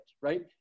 right